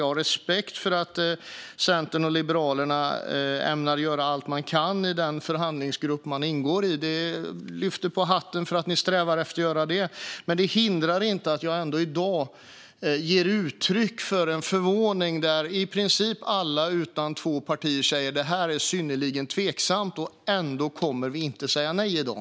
Jag har respekt för att Centern och Liberalerna ämnar göra allt man kan i den förhandlingsgrupp man ingår i. Jag lyfter på hatten för att ni strävar efter att göra det. Men det hindrar inte att jag i dag ändå ger uttryck för en förvåning över att i princip alla utom två partier säger att det här är synnerligen tveksamt men ändå inte kommer att säga nej i dag.